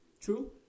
True